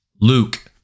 LUKE